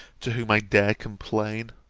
to whom i dare complain.